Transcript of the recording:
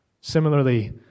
Similarly